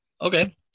Okay